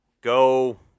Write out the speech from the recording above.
go